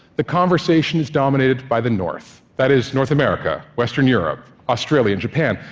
the conversation is dominated by the north, that is, north america, western europe, australia and japan,